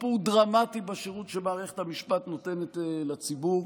שיפור דרמטי בשירות שמערכת המשפט נותנת לציבור.